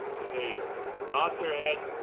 if they nod their head,